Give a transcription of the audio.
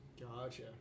Gotcha